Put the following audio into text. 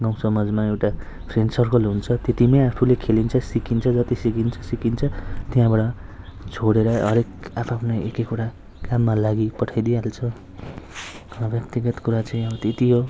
गाउँसमाजमा एउटा friend circle हुन्छ त्यतिमै आफूले खेलिन्छ सिकिन्छ जति सिकिन्छ सिकिन्छ त्यहाँबाट छोडेर हरेक आआफ्नो एक एकवटा काममा लागि पठाइदिइहाल्छ व्यक्तिगत कुरा चाहिँ अब त्यति हो